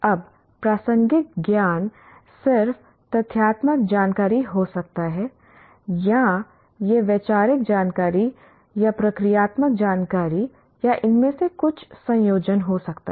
अब प्रासंगिक ज्ञान सिर्फ तथ्यात्मक जानकारी हो सकता है या यह वैचारिक जानकारी या प्रक्रियात्मक जानकारी या इनमें से कुछ संयोजन हो सकता है